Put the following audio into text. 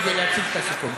כדי להציג את הסיכום.